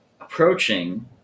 approaching